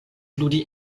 ludi